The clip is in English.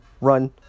Run